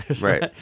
right